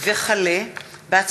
לקריאה ראשונה,